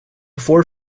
ford